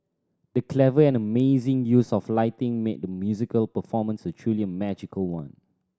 the clever and amazing use of lighting made the musical performance a truly magical one